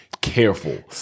careful